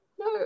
no